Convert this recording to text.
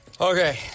Okay